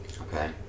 Okay